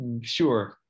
Sure